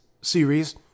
series